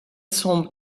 son